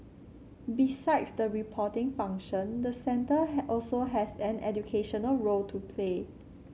besides the reporting function the centre also has an educational role to play